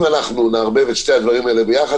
אם אנחנו נערבב את שני הדברים האלה ביחד,